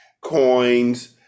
Coins